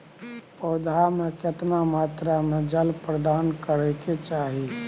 पौधा में केतना मात्रा में जल प्रदान करै के चाही?